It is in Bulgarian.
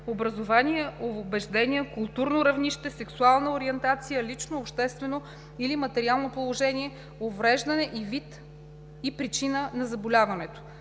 образование, убеждения, културно равнище, сексуална ориентация, лично, обществено или материално положение, увреждане и вид и причина на заболяването;